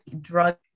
drug